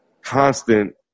constant